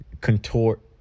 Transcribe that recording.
contort